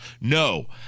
No